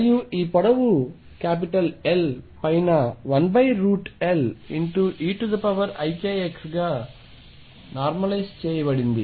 మరియు ఈ పొడవు L పైన 1Leikx గా బాక్స్ నార్మలైజ్ చేయబడింది